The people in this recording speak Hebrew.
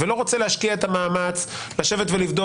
ולא רוצה להשקיע את המאמץ לשבת ולבדוק